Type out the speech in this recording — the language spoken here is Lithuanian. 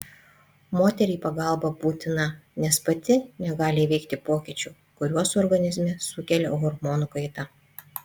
moteriai pagalba būtina nes pati negali įveikti pokyčių kuriuos organizme sukelia hormonų kaita